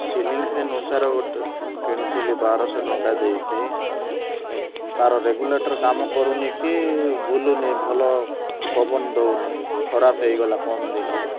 ceiling fan ଓସାର ଗୋଟେ କିଣିଥିଲି ବାର ଶହ ଟଙ୍କା ଦେଇକି ତାର ରେଗୁଲେଟର କାମ କରୁନି କି ବୁଲୁନି ଭଲ ପବନ ଦେଉନି ଖରାପ ହେଇଗଲା କମ୍ ଦିନରେ